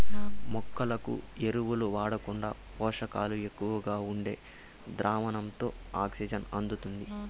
మొక్కలకు ఎరువులు వాడకుండా పోషకాలు ఎక్కువగా ఉండే ద్రావణంతో ఆక్సిజన్ అందుతుంది